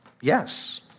Yes